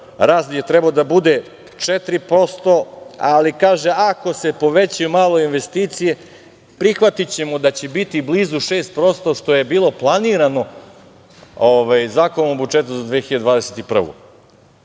rast bi trebao da bude 4%, ali, kaže, ako se povećaju malo investicije, prihvatićemo da će biti blizu 6%, što je bilo planirano Zakonom o budžetu za 2021.